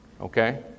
Okay